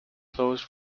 closed